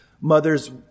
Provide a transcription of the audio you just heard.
mother's